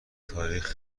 تاریخ